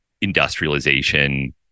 industrialization